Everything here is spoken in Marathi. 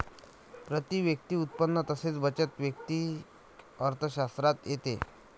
प्रती व्यक्ती उत्पन्न तसेच बचत वैयक्तिक अर्थशास्त्रात येते